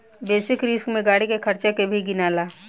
basic risk में गाड़ी के खर्चा के भी गिनाला